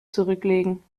zurücklegen